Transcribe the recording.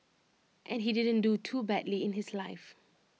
and he didn't do too badly in his life